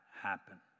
happen